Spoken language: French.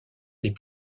des